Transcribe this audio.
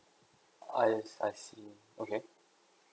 I s~ I see okay